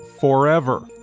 forever